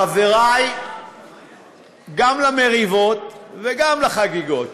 חברי גם למריבות וגם לחגיגות.